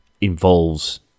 involves